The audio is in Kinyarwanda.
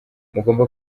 mugomba